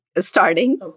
starting